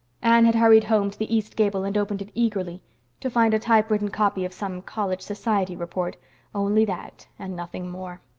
anne had hurried home to the east gable and opened it eagerly to find a typewritten copy of some college society report only that and nothing more.